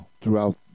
throughout